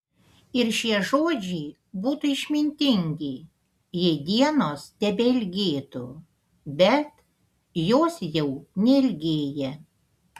ir šie žodžiai būtų išmintingi jei dienos tebeilgėtų bet jos jau neilgėja